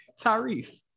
Tyrese